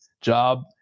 job